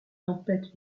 tempête